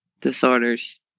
disorders